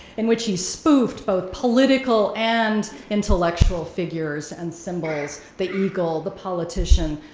in which he spoofed both political and intellectual figures and symbols. the eagle, the politician,